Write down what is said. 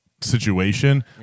situation